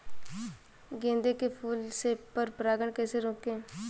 गेंदे के फूल से पर परागण कैसे रोकें?